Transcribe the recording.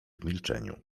milczeniu